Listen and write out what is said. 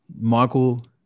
Michael